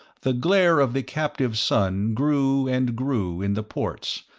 the glare of the captive sun grew and grew in the ports,